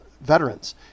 veterans